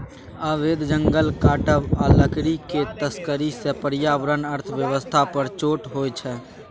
अबैध जंगल काटब आ लकड़ीक तस्करी सँ पर्यावरण अर्थ बेबस्था पर चोट होइ छै